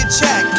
check